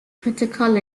critical